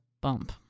bump